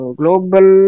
global